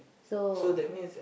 so